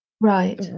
Right